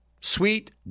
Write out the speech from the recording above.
sweet